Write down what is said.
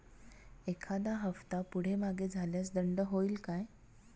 एखादा हफ्ता पुढे मागे झाल्यास दंड होईल काय?